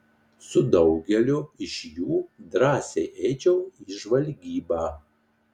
su daugeliu iš jų drąsiai eičiau į žvalgybą